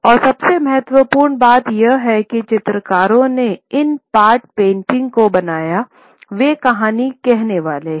और सबसे महत्वपूर्ण बात यह है कि चित्रकारों ने इन पॉट पेंटिंग को बनाया वे कहानी कहने वाले हैं